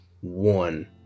one